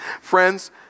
Friends